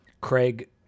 Craig